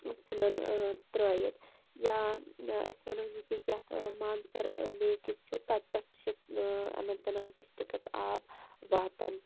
ژھِنن ترٲیِتھ یا أسۍ ونو یہِ تہِ یتھ مانسر لیک یُس چھُ تتہِ پیٚٹھ تہِ چھُ اننت ناگ ڈِسٹرکَس آب واتان